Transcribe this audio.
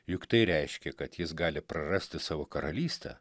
juk tai reiškė kad jis gali prarasti savo karalystę